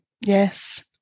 Yes